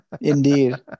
Indeed